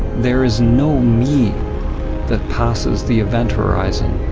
there is no me that passes the event horizon.